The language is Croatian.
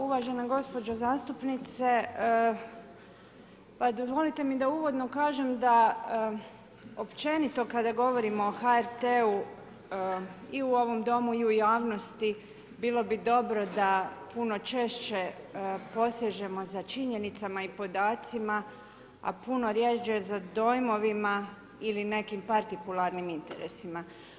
Uvažena gospođo zastupnice, pa dozvolite mi da uvodno kažem da općenito kada govorimo o HRT-u i u ovom Domu i u javnosti bilo bi dobro da puno češće posežemo za činjenicama i podacima, a puno rjeđe za dojmovima ili nekim partikularnim interesima.